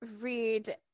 read